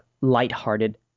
lighthearted